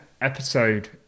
episode